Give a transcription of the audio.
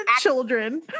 children